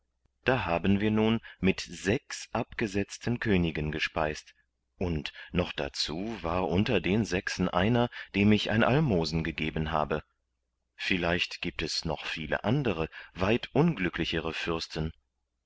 da haben wir nun mit sechs abgesetzten königen gespeist und noch dazu war unter den sechsen einer dem ich ein almosen gegeben habe vielleicht giebt es noch viele andere weit unglücklichere fürsten